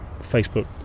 facebook